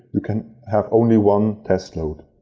you can have only one test load.